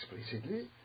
explicitly